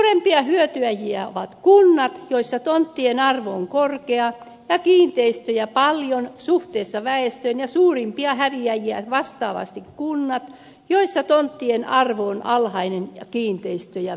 suurimpia hyötyjiä ovat kunnat joissa tonttien arvo on korkea ja kiinteistöjä paljon suhteessa väestöön ja suurimpia häviäjiä vastaavasti kunnat joissa tonttien arvo on alhainen ja kiinteistöjä vähän